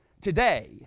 today